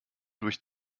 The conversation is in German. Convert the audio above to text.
durch